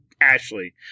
Ashley